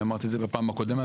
אמרתי את זה בפעם הקודמת,